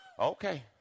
Okay